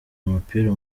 umupira